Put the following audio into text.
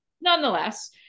nonetheless